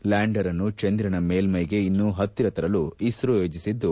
lander ಅನ್ನು ಚಂದಿರನ ಮೇಲ್ವೈಗೆ ಇನ್ನೂ ಹತ್ತಿರ ತರಲು ಇಸ್ತೋ ಯೋಜಿಸಿದ್ದು